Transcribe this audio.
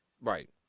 Right